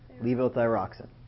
levothyroxine